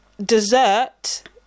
dessert